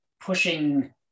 pushing